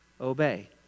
obey